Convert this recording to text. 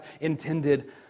intended